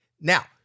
Now